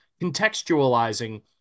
contextualizing